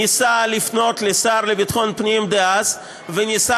ניסה לפנות לשר לביטחון פנים דאז וניסה